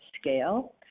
scale